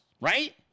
right